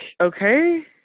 okay